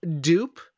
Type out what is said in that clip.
Dupe